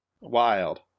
Wild